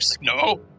no